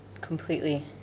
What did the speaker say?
completely